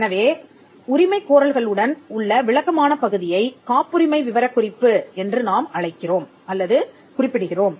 எனவே உரிமை கோரல்கள் உடன் உள்ள விளக்கமான பகுதியை காப்புரிமை விவரக்குறிப்பு என்று நாம் அழைக்கிறோம் அல்லது குறிப்பிடுகிறோம்